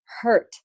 hurt